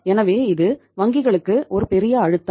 எனவே இது வங்கிகளுக்கு ஒரு பெரிய அழுத்தம்